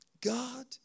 God